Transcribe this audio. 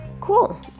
cool